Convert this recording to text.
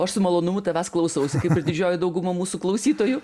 o aš su malonumu tavęs klausausi kaip ir didžioji dauguma mūsų klausytojų